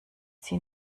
sie